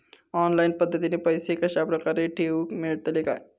Online पद्धतीन पैसे कश्या प्रकारे ठेऊक मेळतले काय?